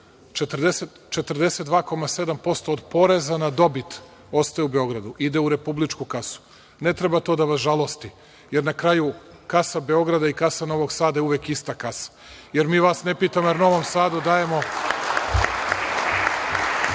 42,7% od poreza na dobit ostaje u Beogradu, ide u republičku kasu. Ne treba to da vas žalosti jer na kraju kasa Beograda i kasa Novog Sada je uvek ista kasa, jer mi vas ne pitamo jel Novom Sadu dajemo,